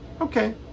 Okay